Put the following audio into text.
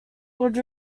would